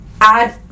add